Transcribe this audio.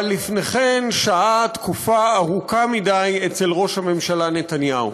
אבל לפני כן שהה תקופה ארוכה מדי אצל ראש הממשלה נתניהו.